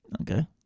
Okay